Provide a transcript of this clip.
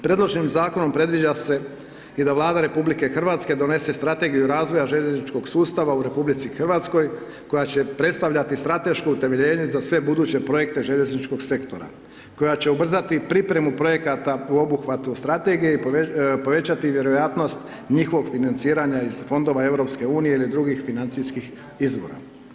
Predloženim Zakonom predviđa se i da Vlada RH donese strategiju razvoja željezničkog sustava u RH koja će predstavljati strateško utemeljenje za sve buduće projekte željezničkog sektora, koja će ubrzati pripremu projekata u obuhvatu strategije i povećati vjerojatnost njihovog financiranja iz Fondova EU ili drugih financijskih izvora.